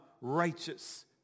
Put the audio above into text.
righteous